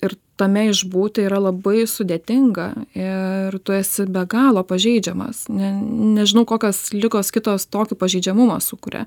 ir tame išbūti yra labai sudėtinga ir tu esi be galo pažeidžiamas ne nežinau kokios ligos kitos tokį pažeidžiamumą sukuria